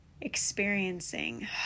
experiencing